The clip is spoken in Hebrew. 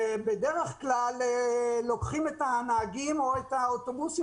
שבדרך כלל לוקחים את הנהגים או את האוטובוסים